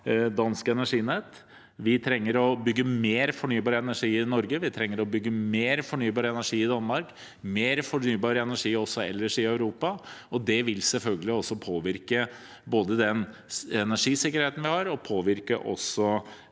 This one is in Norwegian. danske Energinet. Vi trenger å bygge mer fornybar energi i Norge, man trenger å bygge mer fornybar energi i Danmark og mer fornybar energi også ellers i Europa. Det vil selvfølgelig både påvirke den energisikkerheten vi har, og påvirke